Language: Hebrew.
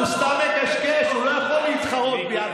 הוא לא יכול להתחרות בי.